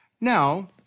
Now